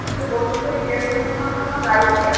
আচ্ছা বলুন তো এই ট্রেন দুর্ঘটনার জন্য দায়ী কে